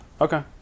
okay